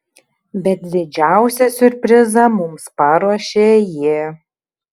bet didžiausią siurprizą mums paruošė ji